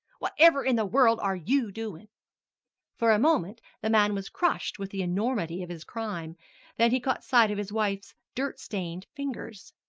whatever in the world are you doing? for a moment the man was crushed with the enormity of his crime then he caught sight of his wife's dirt-stained fingers.